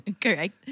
Correct